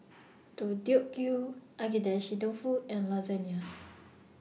Deodeok Gui Agedashi Dofu and Lasagna